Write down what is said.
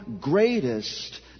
greatest